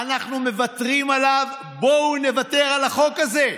אנחנו מוותרים עליו, ובואו נוותר על החוק הזה.